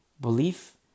Belief